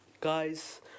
Guys